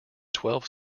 twelve